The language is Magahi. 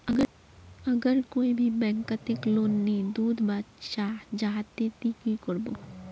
अगर कोई भी बैंक कतेक लोन नी दूध बा चाँ जाहा ते ती की करबो?